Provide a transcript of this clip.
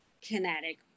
kinetic